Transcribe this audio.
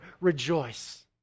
rejoice